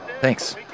Thanks